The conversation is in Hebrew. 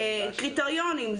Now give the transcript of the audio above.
היו קריטריונים.